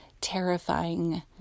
terrifying